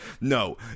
no